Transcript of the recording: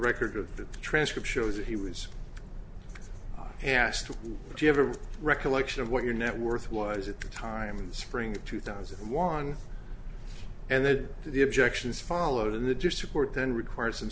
record of the transcript shows that he was asked would you have a recollection of what your net worth was at the time in the spring of two thousand and one and then the objections followed in the just report then require some